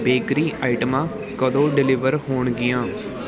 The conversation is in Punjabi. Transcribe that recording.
ਬੇਕਰੀ ਆਈਟਮਾਂ ਕਦੋ ਡਿਲੀਵਰ ਹੋਣਗੀਆਂ